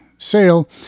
sale